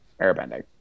airbending